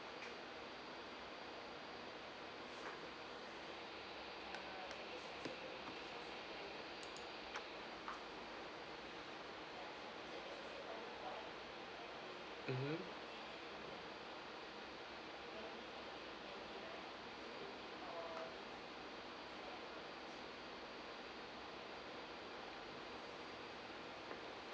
mmhmm